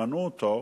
שמנעו אותו,